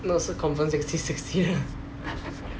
not so confirm sixty sixty lah